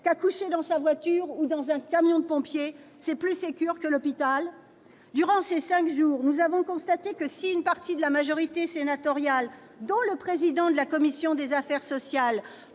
qu'accoucher dans sa voiture ou dans un camion de pompiers c'est plus sécure qu'à l'hôpital ? Durant ces cinq jours, nous avons constaté que, si une partie de la majorité sénatoriale, dont le président de la commission des affaires sociales,